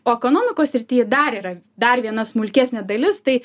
o ekonomikos srityje dar yra dar viena smulkesnė dalis tai